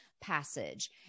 passage